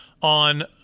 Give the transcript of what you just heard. On